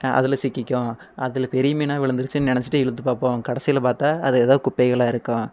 அதில் சிக்கிக்கும் அதில் பெரிய மீனாக விழுந்துருச்சுன்னு நினச்சுட்டு இழுத்து பார்ப்போம் கடைசியில பார்த்தா அது எதாவது குப்பைகளாக இருக்கும்